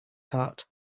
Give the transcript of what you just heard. heart